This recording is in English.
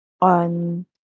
on